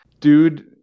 Dude